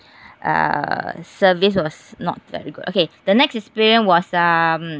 uh service was not very good okay the next experience was um